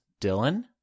Dylan